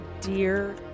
Dear